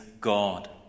God